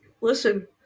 listen –